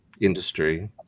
industry